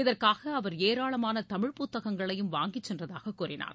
இதற்காக அவர் ஏராளமான தமிழ் புத்தகங்களையும் வாங்கிச் சென்றதாக கூறினார்